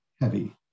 heavy